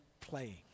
playing